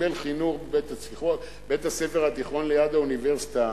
שקיבל חינוך בבית-הספר התיכון "ליד האוניברסיטה",